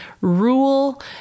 rule